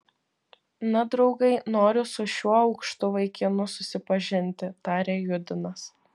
na draugai noriu su šiuo aukštu vaikinu susipažinti tarė judinas